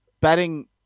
batting